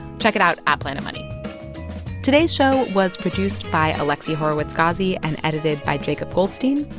check it out, at planetmoney today's show was produced by alexi horowitz-ghazi and edited by jacob goldstein.